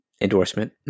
endorsement